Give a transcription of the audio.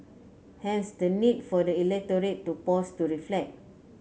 hence the need for the electorate to pause to reflect